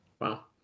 Wow